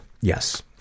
yes